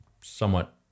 somewhat